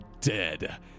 dead